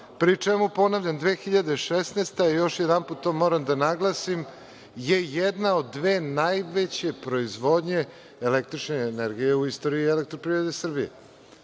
čemu ponavljam, 2016. godine, još jedanput to moram da naglasim, je jedna od dve najveće proizvodnje električne energije u istoriji EPS.